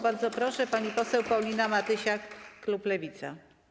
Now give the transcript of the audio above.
Bardzo proszę, pani poseł Paulina Matysiak, klub Lewica.